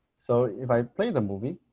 so if i play the movie,